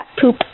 poop